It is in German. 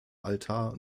altar